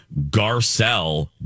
Garcelle